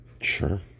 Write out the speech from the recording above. sure